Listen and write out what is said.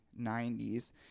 90s